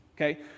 okay